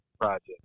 project